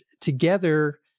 together